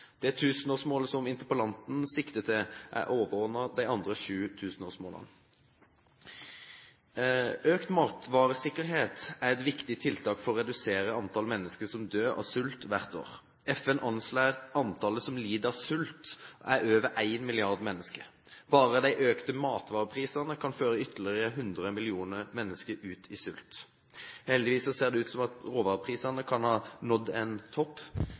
Det tusenårsmålet interpellanten sikter til, er overordnet de andre sju tusenårsmålene. Økt matvaresikkerhet er et viktig tiltak for å redusere antallet mennesker som dør av sult hvert år. FN anslår at antallet mennesker som lider av sult, er over 1 milliard. Bare de økte matvareprisene kan føre ytterligere 100 millioner mennesker ut i sult. Heldigvis ser det ut til at råvareprisene kan ha nådd en topp.